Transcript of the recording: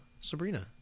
Sabrina